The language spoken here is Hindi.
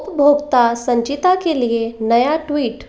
उपभोक्ता संचिता के लिए नया ट्वीट